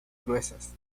gruesas